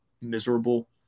miserable